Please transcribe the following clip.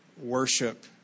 worship